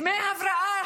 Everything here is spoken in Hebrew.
דמי הבראה,